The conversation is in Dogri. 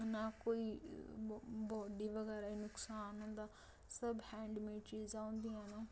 नां कोई बाडी बगैरा गी नुकसान होंदा सब हैंडमेड चीजां होंदियां न